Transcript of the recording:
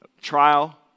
Trial